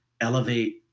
elevate